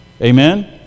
Amen